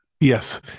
Yes